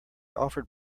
offered